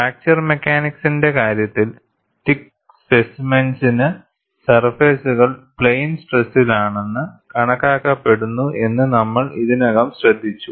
fracture മെക്കാനിക്സിന്റെ കാര്യത്തിൽ thick സ്പെസിമെൻസിനു സർഫേസുകൾ പ്ലെയിൻ സ്ട്രെസ്സിലാണെന്ന് കണക്കാക്കപ്പെടുന്നു എന്നു നമ്മൾ ഇതിനകം ശ്രദ്ധിച്ചു